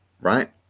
right